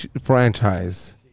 franchise